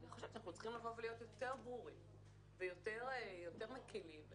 אנחנו צריכים להיות יותר ברורים ויותר מקילים.